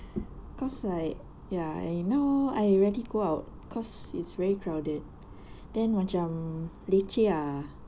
cause like ya I know I rarely go out cause it's very crowded then macam leceh ah